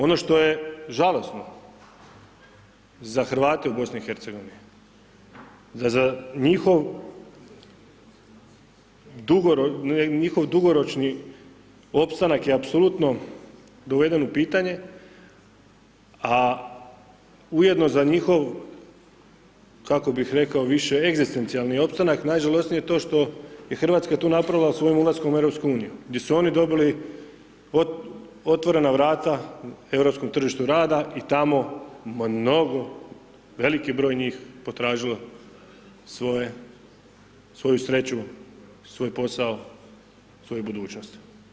Ono što je žalosno za Hrvate u BIH, za njihov dugoročni opstanak je apsolutno doveden u pitanje, a ujedno za njihov kako bi rekao više egzistencijalni opstanak, najžalosnije je to što bi Hrvatska tu napravila svojim ulaskom u EU, gdje su oni dobili otvorena vrata europskom tržištu rada i tamo ima mnogo veliki broj njih potražilo svoju sreću, svoj posao, svoju budućnost.